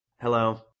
hello